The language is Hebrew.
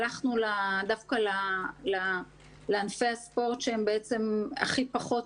הלכנו דווקא לענפי הספורט שהם הכי פחות